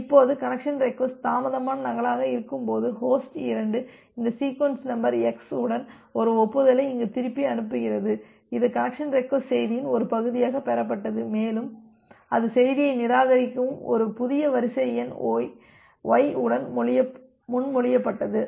இப்போது connection request தாமதமான நகலாக இருக்கும்போது ஹோஸ்ட் 2 இந்த சீக்வென்ஸ் நம்பர் எக்ஸ் உடன் ஒரு ஒப்புதலை இங்கு திருப்பி அனுப்புகிறது இது கனெக்சன் ரெக்வஸ்ட் செய்தியின் ஒரு பகுதியாக பெறப்பட்டது மேலும் அது செய்தியை நிராகரிக்கவும் ஒரு புதிய வரிசை எண் ஒய் உடன் முன்மொழியப்பட்டது